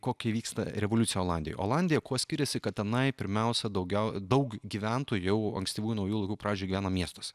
kokia įvyksta revoliucija olandijoj olandija kuo skiriasi kad tenai pirmiausia daugiau daug gyventojų jau ankstyvųjų naujųjų laikų pradžioj gyveno miestuose